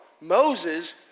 Moses